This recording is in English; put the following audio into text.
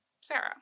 Sarah